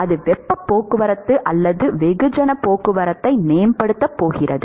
அது வெப்பப் போக்குவரத்து அல்லது வெகுஜன போக்குவரத்தை மேம்படுத்தப் போகிறது